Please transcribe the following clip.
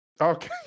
Okay